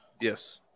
Yes